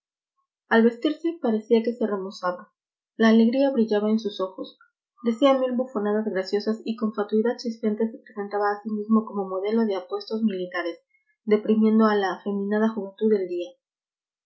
al vestirse parecía que se remozaba la alegría brillaba en sus ojos decía mil bufonadas graciosas y con fatuidad chispeante se presentaba a sí mismo como modelo de apuestos militares deprimiendo a la afeminada juventud del día